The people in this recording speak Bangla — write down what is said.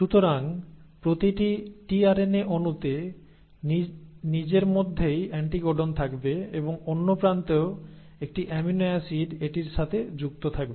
সুতরাং প্রতিটি টিআরএনএ অণুতে নিজের মধ্যেই অ্যান্টিকোডন থাকবে এবং অন্য প্রান্তেও একটি অ্যামিনো অ্যাসিড এটির সাথে যুক্ত থাকবে